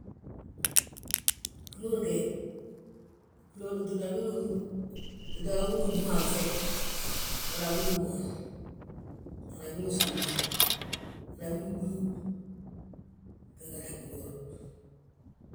Gúlor ge, tita a gwili ndúhanŧe, hana a wili umoon, hana wili usamba, hana wili ubúlu, ge gadu a gúlor.